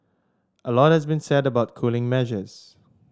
a lot has been said about cooling measures